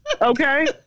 okay